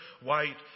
white